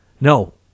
No